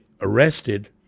arrested